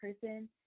person